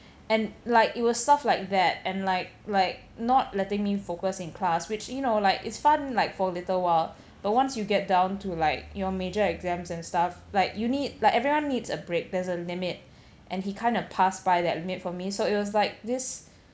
and like it was stuff like that and like like not letting me focus in class which you know like it's fun like for a little while but once you get down to like you know major exams and stuff like you need like everyone needs a break there's a limit and he kind of passed by that limit for me so it was like this